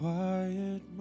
Quiet